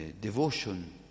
devotion